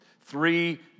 three